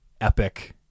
epic